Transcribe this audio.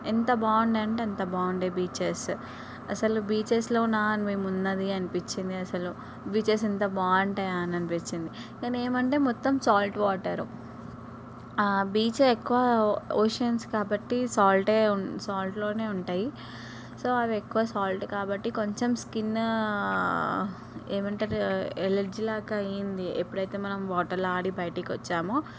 ఎంత బాగుండే అంటే అంత బాగుండే బీచెసు అసలు బీచెస్లోన మేమున్నది అనిపించింది అసలు బీచెస్ ఇంత బాగుంటాయా అని అనిపించింది కానీ ఏమంటే మొత్తం సాల్ట్ వాటర్ బీచ్లో ఎక్కువ ఓషన్స్ కాబట్టి సాల్టే సాల్ట్లోనే ఉంటాయి సో అవి ఎక్కువ సాల్ట్ కాబట్టి కొంచెం స్కిన్ ఏమంటారు ఎలర్జీ లాగా అయింది ఎప్పుడైతే మనం వాటర్లో ఆడి బయటకు వచ్చామో